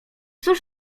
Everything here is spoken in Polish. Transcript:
cóż